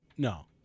No